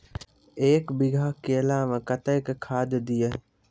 एक बीघा केला मैं कत्तेक खाद दिये?